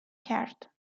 کرد